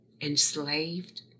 enslaved